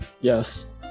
Yes